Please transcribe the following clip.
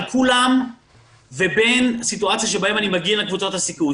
כולם ובין סיטואציה שבה אני מגן על קבוצות הסיכון.